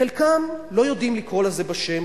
חלקם לא יודעים לקרוא לזה בשם,